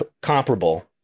comparable